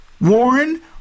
Warren